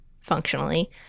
functionally